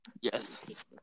Yes